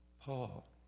Paul